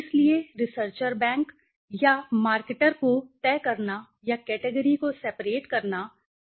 इसलिए researcher bank या marketer को तय करना या केटेगरी को सेपरेट करना चाहता है